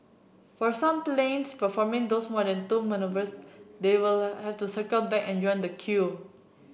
for some planes performing those more than two manoeuvres they will have to circle back and join the queue